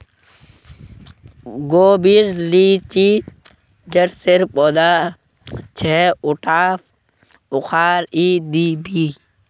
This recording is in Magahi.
गोबीर ली जे चरसेर पौधा छ उटाक उखाड़इ दी बो